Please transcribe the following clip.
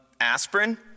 aspirin